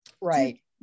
Right